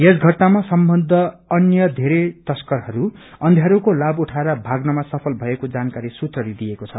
यस घटनामा सम्बद्ध अन्य धेरै तशकरहरू अँध्यारोको लाभ उठाएर भाग्न मा सफल भएको जानकारी सूत्रले दिएका छन्